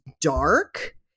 dark